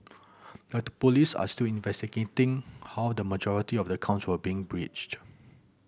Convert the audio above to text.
the police are still investigating how the majority of the accounts were breached